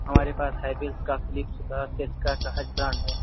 हमारे पास हेवेल्स का फिलिप्स का सिसका का हर ब्रांड है